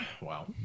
Wow